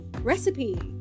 recipe